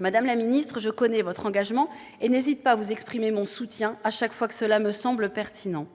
Madame la ministre, je connais votre engagement et n'hésite pas à vous exprimer mon soutien chaque fois que cela me semble pertinent.